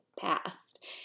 past